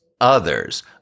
others